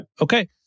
Okay